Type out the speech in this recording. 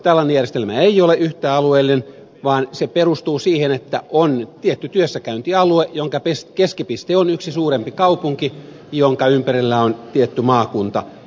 tällainen järjestelmä ei ole yhtä alueellinen vaan se perustuu siihen että on tietty työssäkäyntialue jonka keskipiste on yksi suurempi kaupunki jonka ympärillä on tietty maakunta